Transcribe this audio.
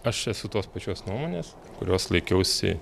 aš esu tos pačios nuomonės kurios laikiausi